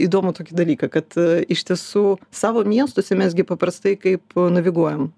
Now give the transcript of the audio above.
įdomų tokį dalyką kad iš tiesų savo miestuose mes gi paprastai kaip naviguojam